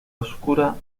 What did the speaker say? oscura